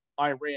Iran